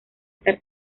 estar